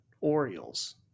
Orioles